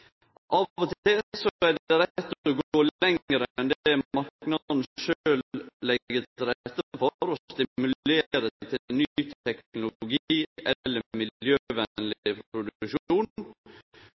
Av og til er det rett å gå lenger enn det marknaden sjølv legg til rette for, for å stimulere til ny teknologi eller